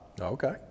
Okay